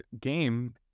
game